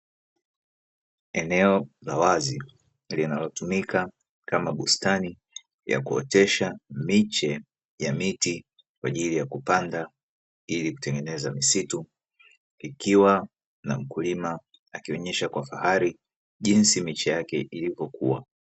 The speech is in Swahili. Eneo la wazi linalotumika kama bustani ya kuotesha miche ya miti, kwa ajili ya kupanda ili kutengeneza msitu ikiwa na wakulima wakiendeshwa kufahari jinsi miche yake ilivyokuwa.